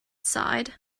sighed